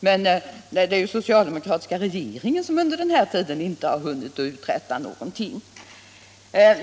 Det är alltså den socialdemokratiska regeringen som inte har hunnit uträtta någonting.